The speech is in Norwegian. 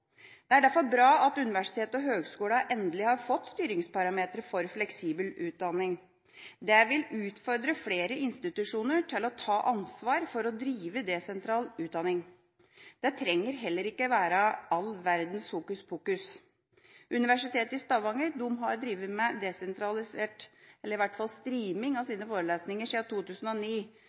Det er derfor bra at universiteter og høyskoler endelig har fått styringsparametrer for fleksibel utdanning. Det vil utfordre flere institusjoner til å ta ansvar for å drive desentral utdanning. Det trenger heller ikke være all verdens hokuspokus. Universitetet i Stavanger har drevet med streaming av sine forelesninger siden 2009. Senest i høst la NTNU, som det første universitetet i Norden, ut forelesninger